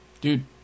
Dude